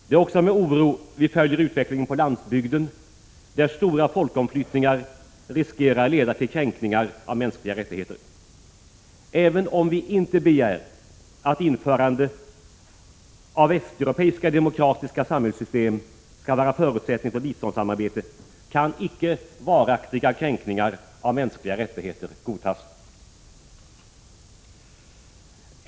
Det är också med oro vi följer utvecklingen på landsbygden, där stora folkomflyttningar riskerar att leda till kränkningar av mänskliga rättigheter. Även om vi inte begär att införande av västeuropeiska demokratiska samhällssystem skall vara en förutsättning för biståndssamarbete, kan vi inte godta varaktiga kränkningar av mänskliga rättigheter.